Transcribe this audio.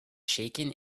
shaken